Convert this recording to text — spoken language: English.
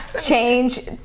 change